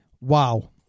Wow